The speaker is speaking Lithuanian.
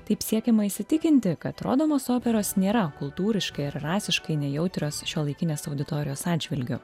taip siekiama įsitikinti kad rodomos operos nėra kultūriškai ir rasiškai nejautrios šiuolaikinės auditorijos atžvilgiu